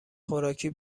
خوراکی